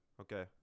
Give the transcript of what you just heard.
Okay